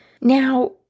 Now